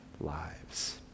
lives